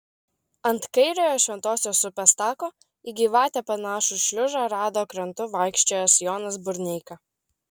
ant kairiojo šventosios upės tako į gyvatę panašų šliužą rado krantu vaikščiojęs jonas burneika